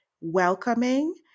welcoming